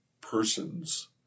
persons